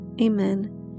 Amen